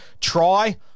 try